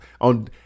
On